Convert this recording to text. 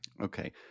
Okay